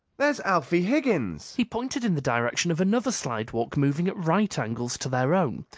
there's alfie higgins! he pointed in the direction of another slidewalk moving at right angles to their own.